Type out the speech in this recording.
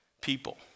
people